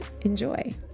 Enjoy